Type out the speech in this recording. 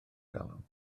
galon